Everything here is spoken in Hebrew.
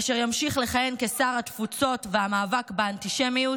אשר ימשיך לכהן כשר התפוצות והמאבק באנטישמיות,